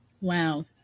Wow